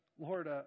Lord